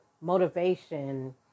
motivation